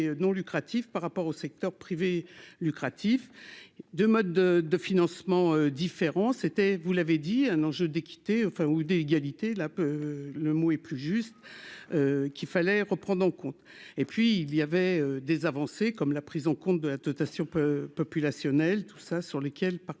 non lucratif par rapport au secteur privé lucratif de mode de financement différent, c'était, vous l'avez dit, un enjeu d'équité, enfin ou d'égalité là peut le mot et plus juste qu'il fallait reprendre en compte et puis il y avait des avancées, comme la prise en compte de la dotation populationnelles tout ça sur lesquelles par